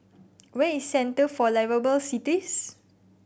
where is Centre for Liveable Cities